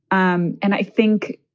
um and i think.